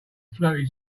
floated